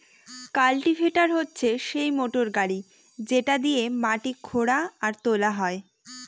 cultivator হচ্ছে সেই motor গাড়ি যেটা দিয়েক মাটি খুদা আর তোলা হয়